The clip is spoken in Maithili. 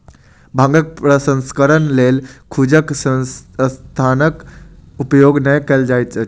भांगक प्रसंस्करणक लेल खुजल स्थानक उपयोग नै कयल जाइत छै